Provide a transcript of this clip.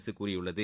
அரசு கூறியுள்ளது